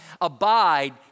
Abide